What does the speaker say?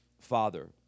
father